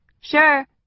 sure